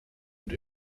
und